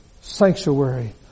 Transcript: Sanctuary